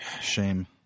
shame